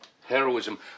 heroism